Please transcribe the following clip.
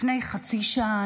לפני חצי שעה,